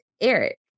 Eric